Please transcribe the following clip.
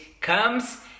comes